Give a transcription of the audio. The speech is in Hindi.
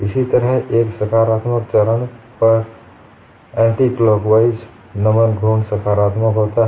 इसी तरह एक सकारात्मक चरण पर एंटीक्लॉकवाइज नमन घूर्ण सकारात्मक होता है